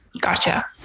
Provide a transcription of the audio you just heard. Gotcha